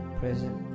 present